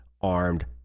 armed